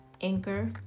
Anchor